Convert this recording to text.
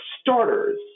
starters